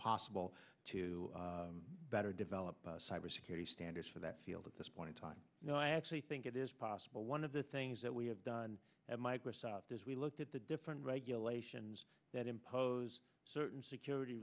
possible to better develop cybersecurity standards for that field at this point in time you know i actually think it is possible one of the things that we have done at microsoft is we looked at the different regulations that impose certain security